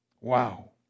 Wow